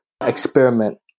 experiment